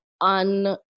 un